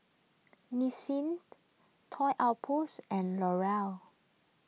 Nissin Toy Outpost and L'Oreal